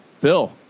bill